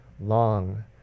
long